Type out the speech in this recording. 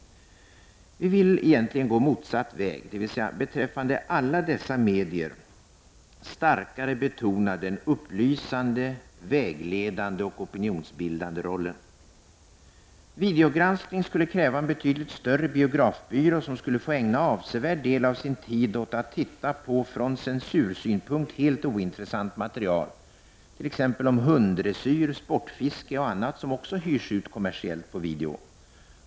Vi vill egentligen gå motsatt väg: dvs. beträffande alla dessa medier starkare betona den upplysande, vägledande och opinionsbildande rollen. Videogranskning skulle kräva en betydligt större biografbyrå som skulle få ägna avsevärd del av sin tid åt att titta på från censursynpunkt helt ointressant material, t.ex. om hunddressyr, sportfiske och annat som också hyrs ut kommersiellt på video.